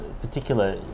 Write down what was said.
particular